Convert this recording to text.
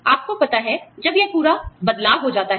आपको पता है जब यह पूरा बदलाव हो जाता है